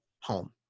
home